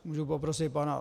Můžu poprosit pana...